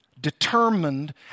determined